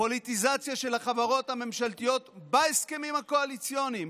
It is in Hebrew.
פוליטיזציה של החברות הממשלתיות בהסכמים הקואליציוניים,